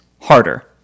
harder